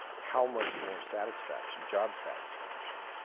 how much more satisfaction job satisfaction.